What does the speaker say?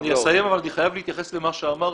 אני אסיים אבל אני חייב להתייחס למה שאמרת.